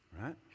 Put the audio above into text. right